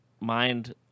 mind